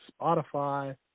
Spotify